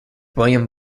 william